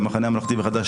מי בעד?